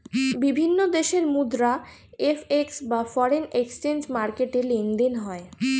বিভিন্ন দেশের মুদ্রা এফ.এক্স বা ফরেন এক্সচেঞ্জ মার্কেটে লেনদেন হয়